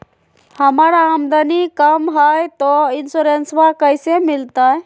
हमर आमदनी कम हय, तो इंसोरेंसबा कैसे मिलते?